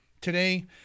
Today